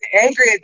angry